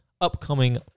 upcoming